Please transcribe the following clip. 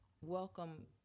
welcome